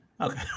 Okay